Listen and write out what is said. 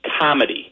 comedy